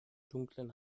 dunklen